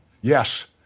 Yes